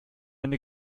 eine